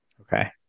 Okay